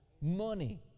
money